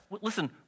Listen